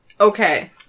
Okay